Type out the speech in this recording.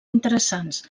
interessants